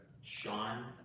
Sean